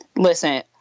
Listen